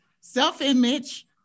self-image